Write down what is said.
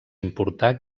importar